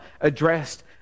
addressed